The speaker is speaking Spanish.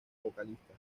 vocalista